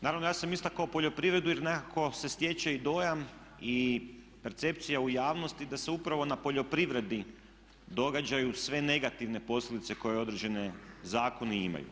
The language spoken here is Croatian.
Naravno ja sam istakao poljoprivredu jer nekako se stječe i dojam i percepcija u javnosti da se upravo na poljoprivredi događaju sve negativne posljedice koje određeni zakoni imaju.